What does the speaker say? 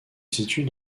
situe